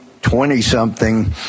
twenty-something